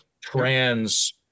trans